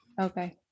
Okay